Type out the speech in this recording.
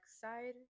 side